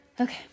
okay